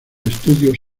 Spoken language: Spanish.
estudios